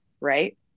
Right